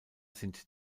sind